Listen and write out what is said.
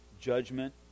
Judgment